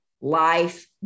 life